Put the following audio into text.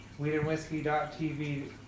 WeedandWhiskey.tv